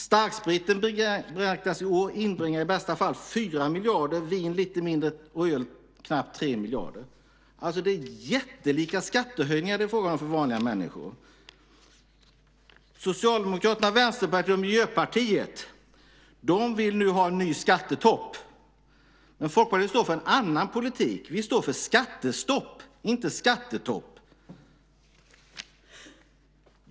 Starkspriten beräknas i år inbringa i bästa fall 4 miljarder, vin lite mindre och öl knappt 3 miljarder. Det är jättelika skattehöjningar det är frågan om för vanliga människor. Socialdemokraterna, Vänsterpartiet och Miljöpartiet vill nu ha en ny skattetopp. Folkpartiet står för en annan politik. Vi står för skattestopp, inte skattetopp.